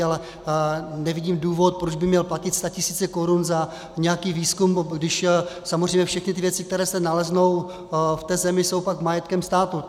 Ale nevidím důvod, proč by měl platit statisíce korun za nějaký výzkum, když samozřejmě všechny věci, které se naleznou v té zemi, jsou pak majetkem státu.